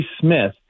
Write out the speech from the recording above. Smith